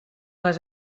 les